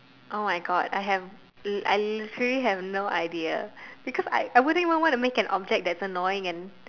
!oh-my-God! I have l~ I literally have no idea because I I wouldn't even want to make an object that's annoying and